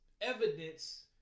evidence